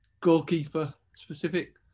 goalkeeper-specific